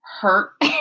hurt